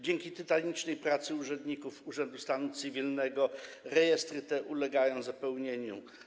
Dzięki tytanicznej pracy pracowników urzędu stanu cywilnego rejestry te ulegają zapełnianiu.